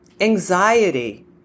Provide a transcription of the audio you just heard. Anxiety